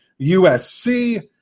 USC